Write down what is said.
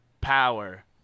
Power